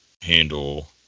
handle